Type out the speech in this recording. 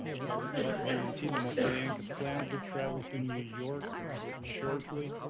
valentina valentina matviyenko, planned to travel to new york shortly.